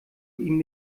ihm